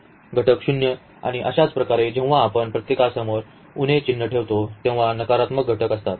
घटक शून्य आणि अशाच प्रकारे जेव्हा आपण प्रत्येकासमोर उणे चिन्ह ठेवतो तेव्हा नकारात्मक घटक असतात